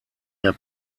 der